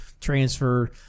transfer